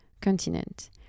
continent